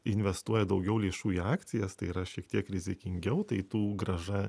investuoja daugiau lėšų į akcijas tai yra šiek tiek rizikingiau tai tų grąža